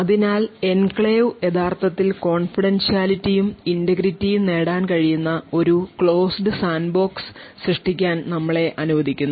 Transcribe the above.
അതിനാൽ എൻക്ലേവ് യഥാർത്ഥത്തിൽ confidentiality യും integrity യും നേടാൻ കഴിയുന്ന ഒരു closed സാൻഡ്ബോക്സ് സൃഷ്ടിക്കാൻ നമ്മളെ അനുവദിക്കുന്നു